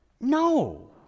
No